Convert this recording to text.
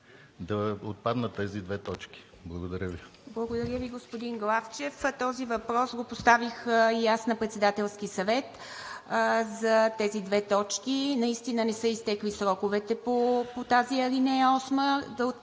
да отпаднат тези две точки. Благодаря Ви. ПРЕДСЕДАТЕЛ ИВА МИТЕВА: Благодаря Ви, господин Главчев. Този въпрос го поставих и аз на Председателския съвет за тези две точки. Наистина не са изтекли сроковете по тази ал. 8,